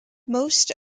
most